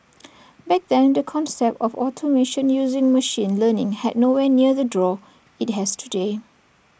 back then the concept of automation using machine learning had nowhere near the draw IT has today